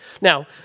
Now